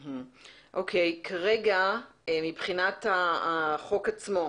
כרגע, מבחינת החוק עצמו,